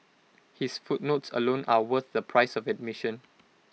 his footnotes alone are worth the price of admission